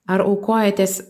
ar aukojatės